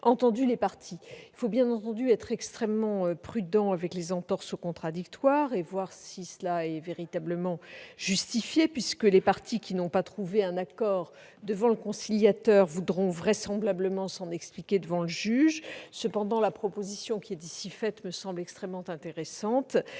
entendu les parties. Il faut bien entendu être extrêmement prudent avec les entorses au contradictoire et voir si elles sont véritablement justifiées, puisque les parties qui n'ont pas trouvé un accord devant le conciliateur voudront vraisemblablement s'en expliquer devant le juge. Cependant, la proposition qui est ici faite me semble extrêmement intéressante.